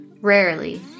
Rarely